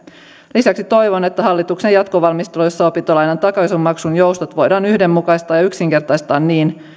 lisäksi toivon että hallituksen jatkovalmisteluissa opintolainan takaisinmaksun joustot voidaan yhdenmukaistaa ja yksinkertaistaa niin